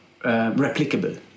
replicable